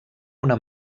una